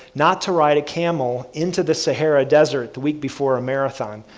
not to ride a camel into the sahara desert, the week before a marathon,